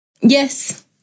yes